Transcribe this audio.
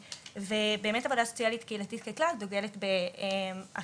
ובאמת עבודה סוציאלית קהילתית ככלל דוגלת בחיבורים